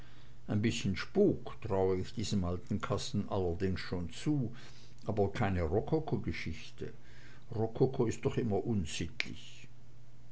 ein bißchen spuk trau ich diesem alten kasten allerdings schon zu aber keine rokokogeschichte rokoko ist doch immer unsittlich